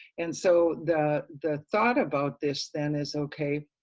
and so the the thought about this then is okay,